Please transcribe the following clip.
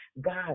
God